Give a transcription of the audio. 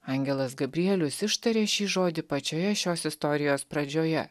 angelas gabrielius ištarė šį žodį pačioje šios istorijos pradžioje